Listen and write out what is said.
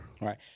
Right